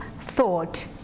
thought